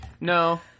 No